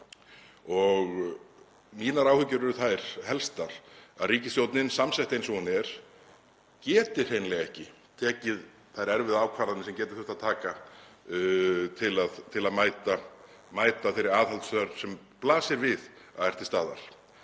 Mínar áhyggjur eru þær helstar að ríkisstjórnin, samsett eins og hún er, geti hreinlega ekki tekið þær erfiðu ákvarðanir sem getur þurft að taka til að mæta þeirri aðhaldsþörf sem blasir við að er til staðar.